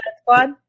Squad